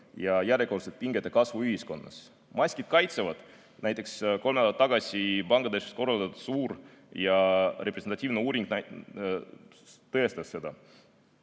järjekordse pingete kasvu ühiskonnas. Maskid kaitsevad. Näiteks kolm nädalat tagasi korraldatud suur ja representatiivne uuring tõestas seda.